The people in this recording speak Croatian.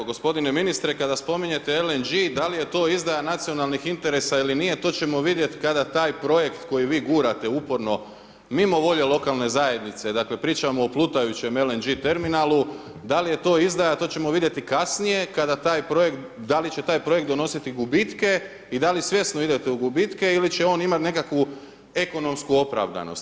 Hvala lijepo g. ministre, kada spominjete LNG da li je to izdaja nacionalni interesa ili nije, to ćemo vidjeti, kada taj projekt, koji vi gurate uporno, mimo volje lokalne zajednice, dakle, pričamo o plutajućem LNG terminalu, da li je to izdaja, to ćemo vidjeti kasnije kada taj projekt, da li će taj projekt donositi gubitke i da li svjesno idete u gubitke ili će on imati nekakvu ekonomsku opravdanost.